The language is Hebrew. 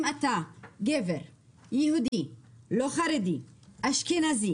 אם אתה גבר יהודי, לא חרדי, אשכנזי